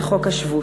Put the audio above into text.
זה חוק השבות.